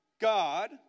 God